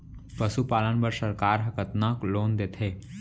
पशुपालन बर सरकार ह कतना लोन देथे?